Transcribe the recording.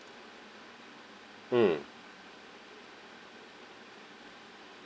mm